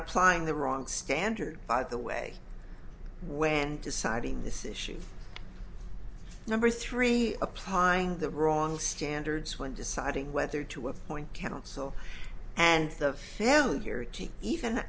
applying the wrong standard by the way when deciding this issue number three applying the wrong standards when deciding whether to appoint counsel and